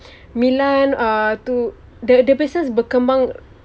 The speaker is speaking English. milan uh to the the business berkembang